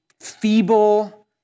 feeble